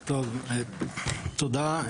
תודה.